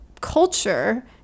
culture